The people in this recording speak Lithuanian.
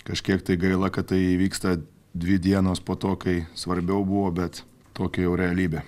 kažkiek tai gaila kad tai įvyksta dvi dienos po to kai svarbiau buvo bet tokia jau realybė